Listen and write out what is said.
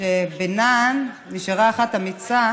שבינן נשארה אחת אמיצה